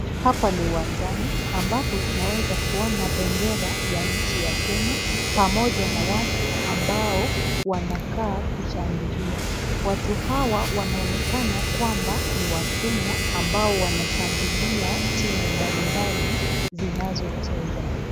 Hapa ni uwanjani ambapo tunaweza kuona bendera ya nchi ya Kenya, pamoja na watu ambao wanakaa kushangilia, watu hawa wanaonekana kwamba ni wakenya ambao wanashangilia timu mbalimbali zinazocheza.